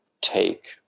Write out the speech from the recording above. take